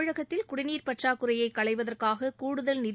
தமிழகத்தில் குடிநீர் பற்றாக்குறையை களைவதற்காக கூடுதல் நிதி